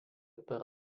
per